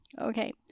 Okay